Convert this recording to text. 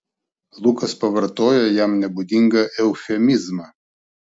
lukas pavartojo jam nebūdingą eufemizmą